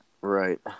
right